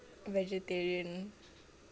vegetarian